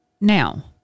Now